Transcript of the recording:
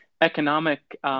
economic